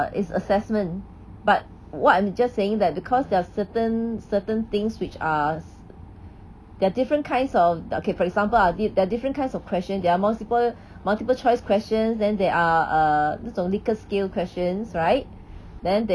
is assessment but what I'm just saying that because there are certain certain things which are there are different kinds of uh okay for example uh there are different kinds of question there are multiple multiple choice questions then there are err 那种 likert scale questions right then